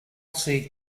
see